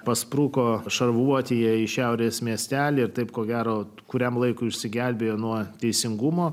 paspruko šarvuotyje į šiaurės miestelį ir taip ko gero kuriam laikui išsigelbėjo nuo teisingumo